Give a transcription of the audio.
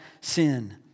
sin